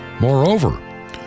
Moreover